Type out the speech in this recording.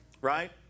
right